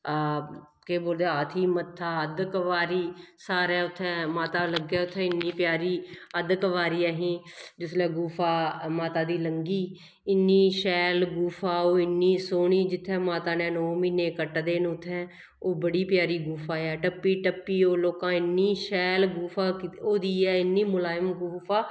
केह् बोलदे हाथी मत्था अद्ध कवारी सारै उत्थें माता लग्गै उत्थें इन्नी प्यारी अद्ध कवारी असी जिसलै गुफा माता दी लंघी इन्नी शैल गुफा ओह् इन्नी सोह्नी जित्थै माता ने नौ म्हीने कट्टे दे न उत्थें ओह् बड़ी प्यारी गुफा ऐ टप्पी टप्पी ओह् लोकां ने इन्नी शैल गुफा होई दी ऐ इन्नी मुलायम गुफा